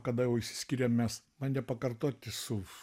kada jau išsiskyrėm mes bandė pakartoti su